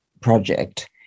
project